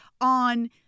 on